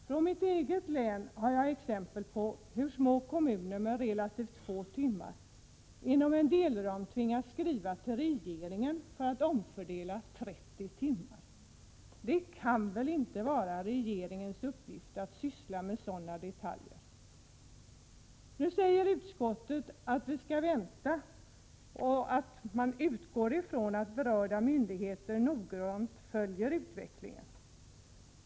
Från mitt eget län har jag exempel på hur små kommuner med relativt få timmar inom en delram tvingas skriva till regeringen för att omfördela 30 timmar. Det kan väl inte vara regeringens uppgift att syssla med sådana detaljer. Utskottet skriver nu att vi skall vänta med att agera och att man utgår från att berörda myndigheter noggrant följer utvecklingen.